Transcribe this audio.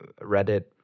Reddit